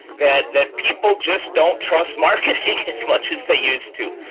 that that people just don't trust marketing as much as they used to,